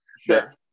Sure